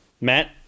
Matt